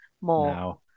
more